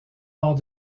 hors